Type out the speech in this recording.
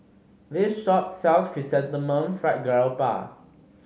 this shop sells Chrysanthemum Fried Garoupa